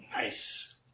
Nice